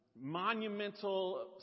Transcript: monumental